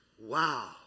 Wow